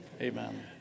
Amen